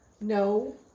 No